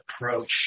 approach